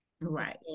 Right